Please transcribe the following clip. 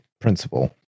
principle